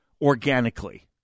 organically